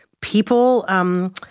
people